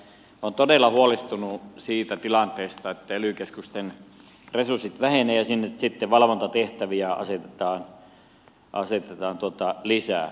olen todella huolestunut siitä tilanteesta että ely keskusten resurssit vähenevät ja sinne valvontatehtäviä asetetaan lisää